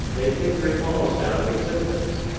they figure it almost out of existence.